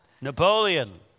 Napoleon